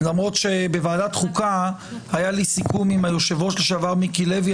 למרות שבוועדת החוקה היה לי סיכום עם היושב-ראש לשעבר מיקי לוי,